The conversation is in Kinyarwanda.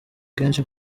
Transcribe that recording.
kenshi